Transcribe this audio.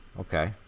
Okay